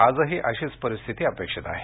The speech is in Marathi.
आजही अशीच परिस्थिती अपक्षित आहे